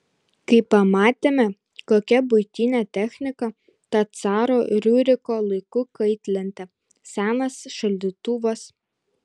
kai pamatėme kokia buitinė technika ta caro riuriko laikų kaitlentė senas šaldytuvas